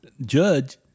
Judge